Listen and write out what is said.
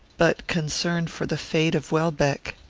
but concern for the fate of welbeck.